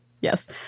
Yes